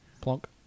Plonk